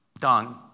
done